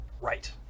Right